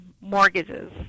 mortgages